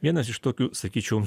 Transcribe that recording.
vienas iš tokių sakyčiau